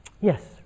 yes